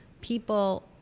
people